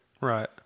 Right